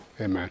Amen